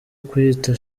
kuyita